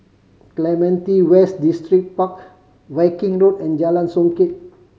Clementi West Distripark Viking Road and Jalan Songket